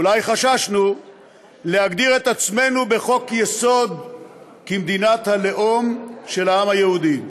אולי חששנו להגדיר את עצמנו בחוק-יסוד כמדינת הלאום של העם היהודי.